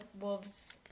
wolves